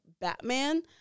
batman